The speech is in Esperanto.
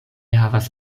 havas